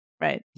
Right